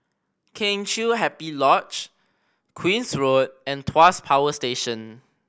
Kheng Chiu Happy Lodge Queen's Road and Tuas Power Station